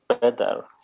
better